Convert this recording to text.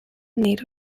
made